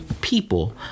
People